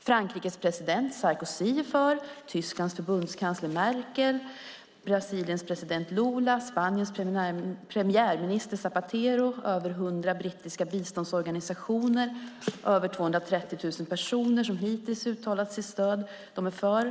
Frankrikes president Sarkozy, Tysklands förbundskansler Merkel, Brasiliens president Lula, Spaniens premiärminister Zapatero, över 100 brittiska biståndsorganisationer och över 230 000 personer har hittills uttalat sitt stöd och är för en sådan skatt.